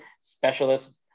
Specialist